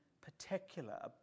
particular